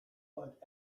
but